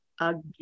again